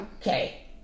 Okay